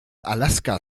alaska